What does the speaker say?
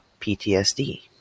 PTSD